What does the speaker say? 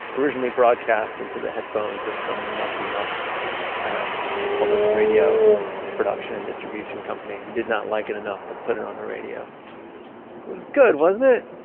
originally broadcast into the headphones of some muckity-muck at a public radio production and distribution company, who did not like it enough to put it on the radio. it was good, wasn't it!